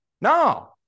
No